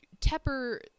Tepper –